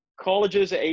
colleges